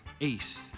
ace